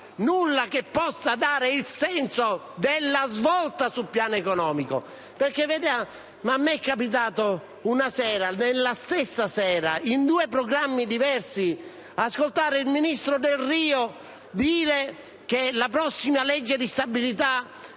nulla che possa dare il senso di una svolta sul piano economico. Mi è capitato di ascoltare, nella stessa sera, in due programmi diversi, il ministro Delrio dire che la prossima legge di stabilità